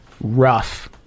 rough